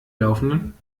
laufenden